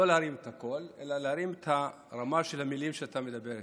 לא להרים את הקול אלא להרים את הרמה של המילים שאתה אומר.